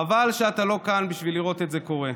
חבל שאתה לא כאן בשביל לראות את זה קורה.